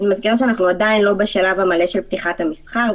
מכיוון שאנחנו עדיין לא בשלב המלא של פתיחת המסחר,